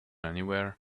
anywhere